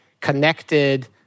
connected